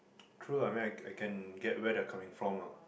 true lah I mean I I can get where they are coming from lah